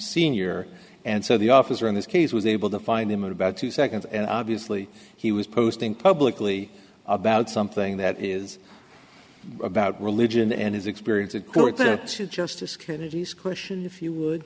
senior and so the officer in this case was able to find him in about two seconds and obviously he was posting publicly about something that is about religion and his experience of court that justice kennedy's question if you would